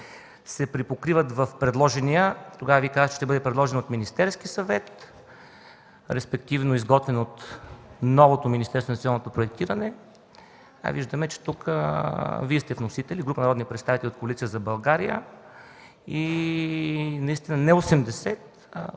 се припокриват в предложения законопроект и казахте, че ще бъде предложен от Министерския съвет, респективно изготвен от новото Министерство по инвестиционното проектиране, а виждаме, че тук Вие сте вносители – група народни представители от Коалиция за България, и наистина не 80%, а